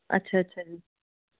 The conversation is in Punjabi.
ਅੱਛਾ ਅੱਛਾ ਜੀ